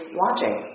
watching